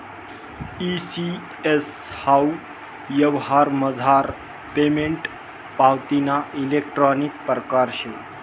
E CS हाऊ यवहारमझार payment पावतीना इलेक्ट्रानिक परकार शे